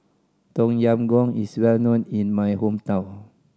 Tom Yam Goong is well known in my hometown